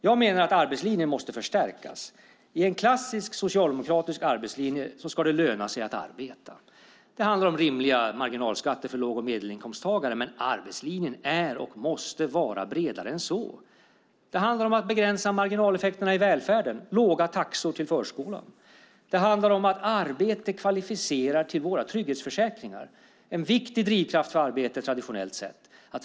Jag menar att arbetslinjen måste förstärkas. I en klassisk socialdemokratisk arbetslinje ingår att det ska löna sig att arbeta. Det handlar om rimliga marginalskatter för låg och medelinkomsttagare. Men arbetslinjen är och måste vara bredare än så. Det handlar om att begränsa marginaleffekterna i välfärden samt om låga taxor till förskolan. Det handlar om att arbete kvalificerar till våra trygghetsförsäkringar - en viktig drivkraft för arbete traditionellt sett.